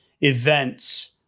events